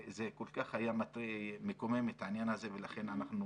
זה כל כך היה מקומם העניין הזה ולכן אנחנו